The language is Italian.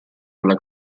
alla